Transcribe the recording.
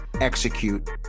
Execute